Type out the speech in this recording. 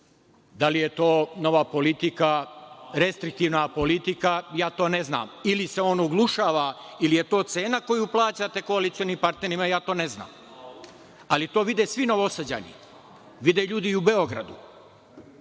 Da li je to nova politika, restriktivna politika, ja to ne znam ili se on oglušava ili je to cena koju plaćate koalicioni partner, ja to ne znam. Ali, to vide svi Novosađani, vide ljudi i u Beogradu,